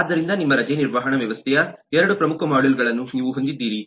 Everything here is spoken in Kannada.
ಆದ್ದರಿಂದ ನಿಮ್ಮ ರಜೆ ನಿರ್ವಹಣಾ ವ್ಯವಸ್ಥೆಯ 2 ಪ್ರಮುಖ ಮಾಡ್ಯೂಲ್ಗಳನ್ನು ನೀವು ಹೊಂದಿದ್ದೀರಿ